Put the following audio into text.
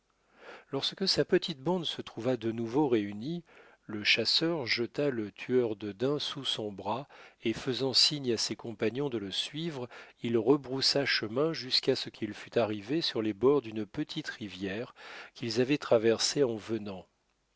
lorsque sa petite bande se trouva de nouveau réunie le chasseur jeta le tueur de daims sous son bras et faisant signe à ses compagnons de le suivre il rebroussa chemin jusqu'à ce qu'il fût arrivé sur les bords d'une petite rivière qu'ils avaient traversée en venant